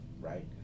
Right